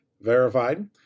verified